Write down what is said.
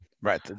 Right